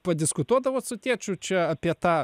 padiskutuodavot su tėčiu čia apie tą